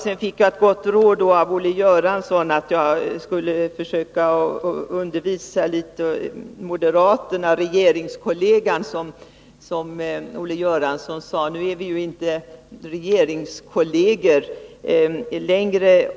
Sedan fick jag det goda rådet av Olle Göransson att jag skulle undervisa moderaterna — ”regeringskollegan”, som Olle Göransson sade. Nu är vi ju inte regeringskolleger längre.